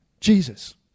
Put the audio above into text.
Jesus